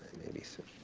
maybe so.